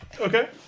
Okay